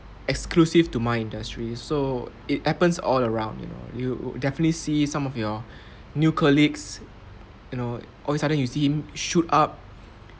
exclusive to my industry so it happens all around you know you definitely see some of your new colleagues you know all of the sudden you see him shoot up